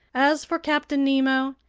as for captain nemo,